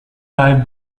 life